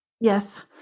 Yes